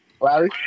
Larry